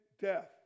death